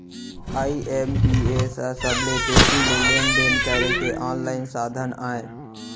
IMPS ह सबले तेजी से लेन देन करे के आनलाइन साधन अय